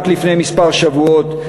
רק לפני כמה שבועות,